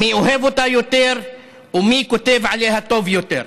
מי אוהב אותה יותר ומי כותב עליה טוב יותר?